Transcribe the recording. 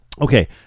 Okay